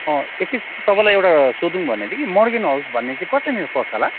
एकैछिन ल तपाईँलाई एउटा सोधौँ भनेको थिएँ कि मर्गेन हाउस भन्ने चाहिँ कतानिर पर्छ होला